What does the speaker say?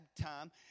time